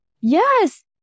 Yes